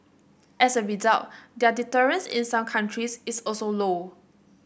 as a result their deterrence in some countries is also low